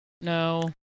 No